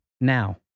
Now